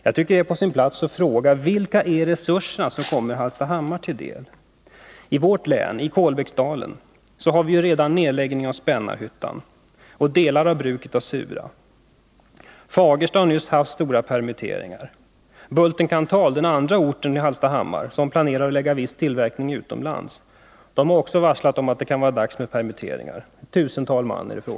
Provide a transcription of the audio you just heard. Jag tycker det är på sin plats att fråga: Vilka resurser kommer Hallstahammar till del? I Kolbäcksdalen i Hallstahammars kommun har vi redan nedläggningen av Spännarhyttan. Delar av bruket i Sura har lagts ned. Fagersta har nyss haft stora permitteringar. Bulten-Kanthal i Hallstahammar planerar att lägga viss tillverkning utomlands och har varslat om permittering av ett tusental man.